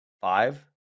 five